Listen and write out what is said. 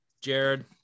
jared